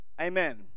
Amen